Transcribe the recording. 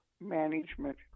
management